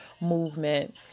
movement